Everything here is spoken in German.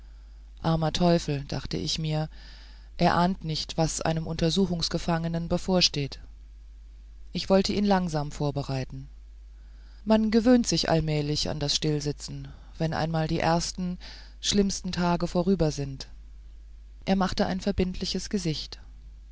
armer teufel dachte ich mir er ahnt nicht was einem untersuchungsgefangenen bevorsteht ich wollte ihn langsam vorbereiten man gewöhnt sich allmählich an das stillsitzen wenn einmal die ersten schlimmsten tage vorüber sind er machte ein verbindliches gesicht